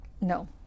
No